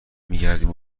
میگردیم